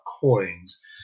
coins